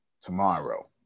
tomorrow